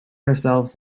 ourselves